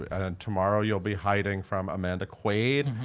and tomorrow you'll be hiding from amanda quaid.